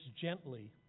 gently